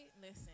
listen